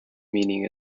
meaning